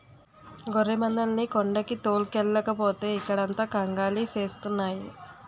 గొర్రెమందల్ని కొండకి తోలుకెల్లకపోతే ఇక్కడంత కంగాలి సేస్తున్నాయి